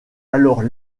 alors